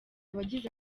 abagize